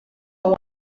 oan